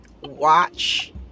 watch